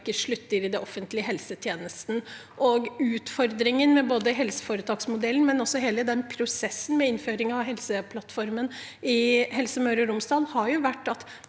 slutter i den offentlige helsetjenesten. Utfordringen med både helseforetaksmodellen og også hele prosessen med innføring av Helseplattformen i Helse Møre og Romsdal har vært at